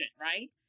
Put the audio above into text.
right